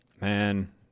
man